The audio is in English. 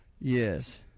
Yes